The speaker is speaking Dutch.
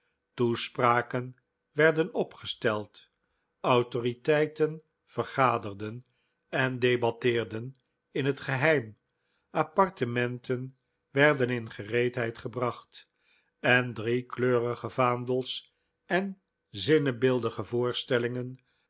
toespraken werden opgesteld autoriteiten vergaderden en debatteerden in het geheim appartementen werden in gereedheid gebracht en driekleurige vaandels en zinnebeeldige voorstellingen